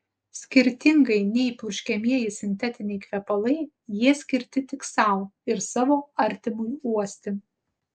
skirtingai nei purškiamieji sintetiniai kvepalai jie skirti tik sau ir savo artimui uosti